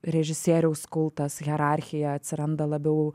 režisieriaus kultas hierarchija atsiranda labiau